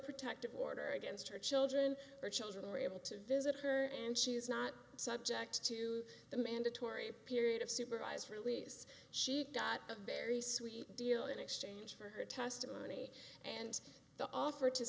protective order against her children her children were able to visit her and she is not subject to the mandatory period of supervised release she got a very sweet deal in exchange for her testimony and the offer to